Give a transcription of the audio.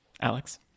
Alex